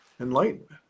enlightenment